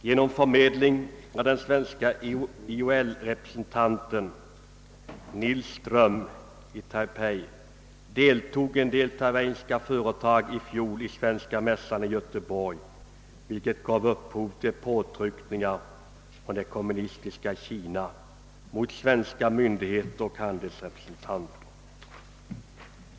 Genom förmedling av den svenske ILO-representanten Nils Ström i Taipei deltog en del taiwanesiska företag i fjol i Svenska mässan i Göteborg, vilket gav upphov till påtryckningar från det kommunistiska Kina mot svenska myndigheter och <handelsrepresentanter.